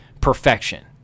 perfection